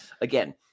again